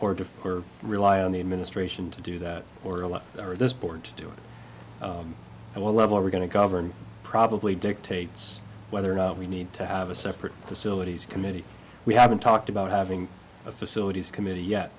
or to rely on the administration to do that or a lot or this board to do it and what level we're going to govern probably dictates whether or not we need to have a separate facilities committee we haven't talked about having a facilities committee yet